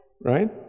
right